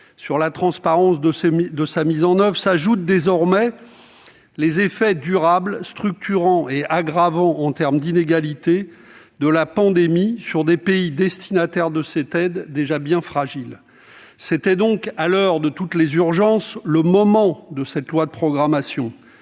sur la transparence de sa mise en oeuvre s'ajoutent désormais les effets durables, structurants et aggravants en termes d'inégalités de la pandémie sur des pays destinataires déjà bien fragiles. C'était donc, à l'heure de toutes les urgences, le moment de présenter cette loi de programmation.